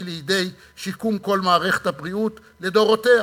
לידי שיקום של כל מערכת הבריאות לדורותיה.